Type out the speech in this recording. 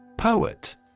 Poet